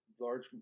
Large